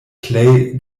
plej